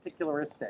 particularistic